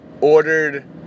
ordered